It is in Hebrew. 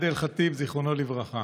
עאדל ח'טיב, זיכרונו לברכה.